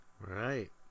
right